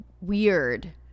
weird